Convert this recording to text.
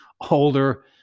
older